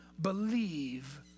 believe